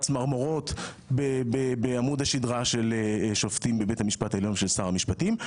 צמרמורות בעמוד השדרה של שופטים בבית המשפט העליון ושל שר המשפטים.